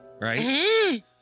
right